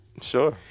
Sure